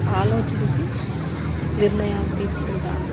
ఆలోచించి నిర్ణయాలు తీసుకుంటాను